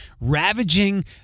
ravaging